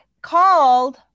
called